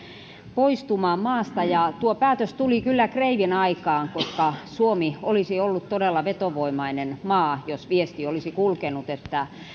poistumaan maasta ja tuo päätös tuli kyllä kreivin aikaan koska suomi olisi ollut todella vetovoimainen maa jos olisi kulkenut viesti että